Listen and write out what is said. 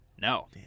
No